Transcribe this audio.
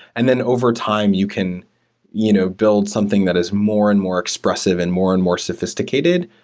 and then, over time, you can you know build something that is more and more expressive and more and more sophisticated,